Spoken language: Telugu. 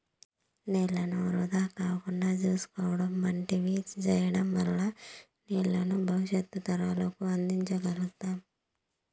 నీళ్ళను వృధా కాకుండా చూసుకోవడం వంటివి సేయడం వల్ల నీళ్ళను భవిష్యత్తు తరాలకు అందించ గల్గుతాం